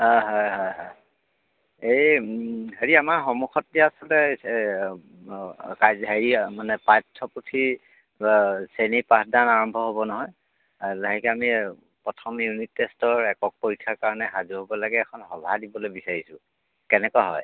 অঁ হয় হয় হয় এই হেৰি আমাৰ সন্মুখত এতিয়া আচলতে অঁ কাজ হেৰি মানে পাঠ্যপুথি শ্ৰেণী পাঠদান আৰম্ভ হ'ব নহয় লাহেকৈ আমি প্ৰথম ইউনিট টেষ্টৰ একক পৰীক্ষাৰ কাৰণে সাজু হ'ব লাগে এখন সভা দিবলৈ বিচাৰিছোঁ কেনেকুৱা হয়